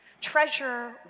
Treasure